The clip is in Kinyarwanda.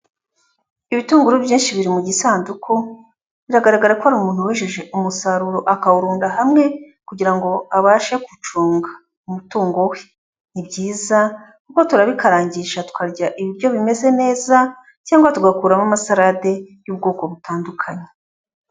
Ibitunguru byinshi biri mu gisanduku biragaragara ko ari umuntu wejeje umusaruro akawurunda hamwe kugira ngo abashe gucunga umutungo we. Ni byiza kuko turabikarangisha tukarya ibiryo bimeze neza cyangwa tugakuramo amasalade y'ubwoko butandukanye.